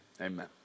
Amen